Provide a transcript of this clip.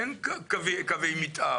אין קווי מתאר.